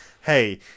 hey